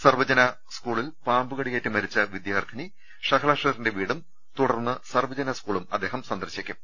സർവജന സ്കൂളിൽ പാമ്പുകടിയേറ്റ് മരിച്ച വിദ്യാർത്ഥിനി ഷഹ്ല ഷെറിന്റെ വീടും തുടർന്ന് സർവജന സ്കൂളും അദ്ദേഹം സന്ദർശി ക്കും